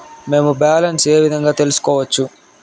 మేము బ్యాలెన్స్ ఏ విధంగా తెలుసుకోవచ్చు?